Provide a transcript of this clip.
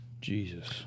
Jesus